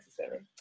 necessary